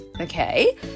Okay